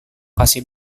kasih